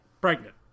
pregnant